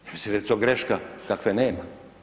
Ja mislim da je to greška kakve nema.